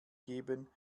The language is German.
geben